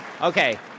Okay